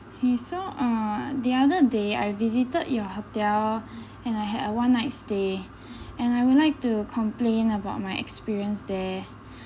okay so uh the other day I visited your hotel and I had a one night stay and I would like to complain about my experience there